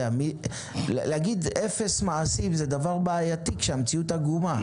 להגיד אפס מעשים זה דבר בעייתי כשהמציאות עגומה.